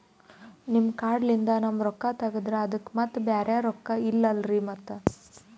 ನಿಮ್ ಕಾರ್ಡ್ ಲಿಂದ ನಮ್ ರೊಕ್ಕ ತಗದ್ರ ಅದಕ್ಕ ಮತ್ತ ಬ್ಯಾರೆ ರೊಕ್ಕ ಇಲ್ಲಲ್ರಿ ಮತ್ತ?